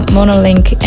Monolink